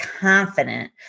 confident